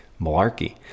malarkey